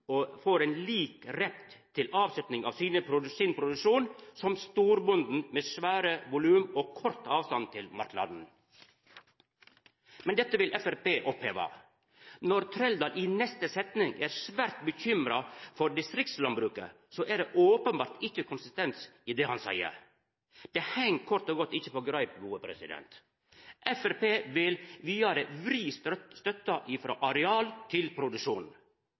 som storbonden med svære volum og kort avstand til marknaden. Men dette vil Framstegspartiet oppheva. Når Trældal i neste setning er svært bekymra for distriktslandbruket, er det openbert ikkje konsistens i det han seier. Det heng kort og godt ikkje på greip. Framstegspartiet vil vidare vri støtta ifrå areal til